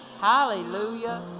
Hallelujah